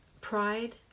pride